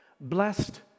Blessed